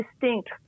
distinct